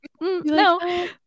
no